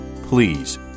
please